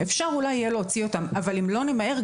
אולי יהיה אפשר להוציא אותם אבל אם לא נמהר,